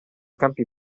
campi